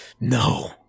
no